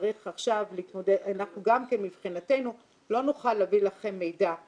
צריך עכשיו להתמודד מבחינתנו אנחנו לא נוכל להביא לכם מידע,